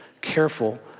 careful